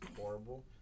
horrible